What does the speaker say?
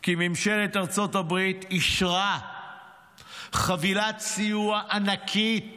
כי ממשלת ארצות הברית אישרה חבילת סיוע ענקית